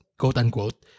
quote-unquote